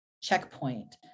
checkpoint